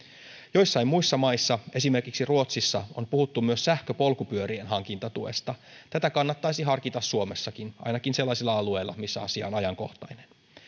joissain muissa maissa esimerkiksi ruotsissa on puhuttu myös sähköpolkupyörien hankintatuesta tätä kannattaisi harkita suomessakin ainakin sellaisilla alueilla missä asia on ajankohtainen